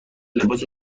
لباس